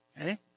Okay